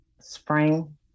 Spring